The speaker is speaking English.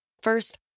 First